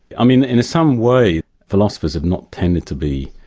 i mean, in some way philosophers have not tended to be